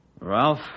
Ralph